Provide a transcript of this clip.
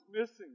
missing